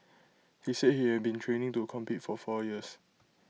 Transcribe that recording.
he said he had been training to compete for four years